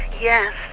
Yes